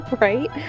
Right